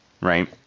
Right